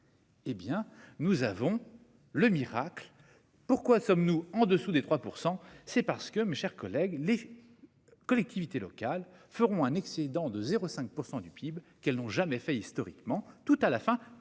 Eh bien nous avons le miracle. Pourquoi sommes-nous en dessous des 3%, c'est parce que mes chers collègues, les. Collectivités locales feront un excédent de 0 5 % du PIB qu'elles n'ont jamais fait historiquement tout à la fin, toute